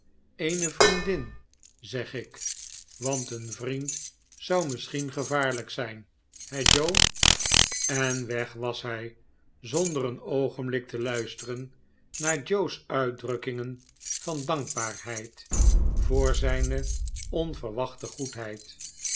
eene vriendin zeg ik want een vriend zou misschien gevaarlijk zijn he joe en weg was hij zonder een oogenblik te luisteren naar joe's uitdrukkingen van dankbaarheid voor zijne onverwachte goedheid